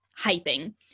hyping